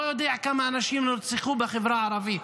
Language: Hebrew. יודע כמה אנשים נרצחו בחברה הערבית.